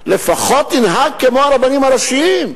לפחות ינהג כמו הרבנים הראשיים.